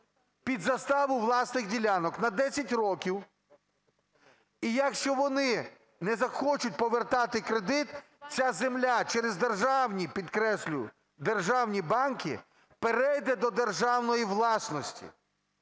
під заставу власних ділянок на 10 років. І, якщо вони не захочуть повертати кредит, ця земля через державні, підкреслюю, державні банки перейде до державної власності.